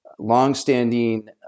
longstanding